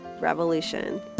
revolution